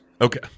Okay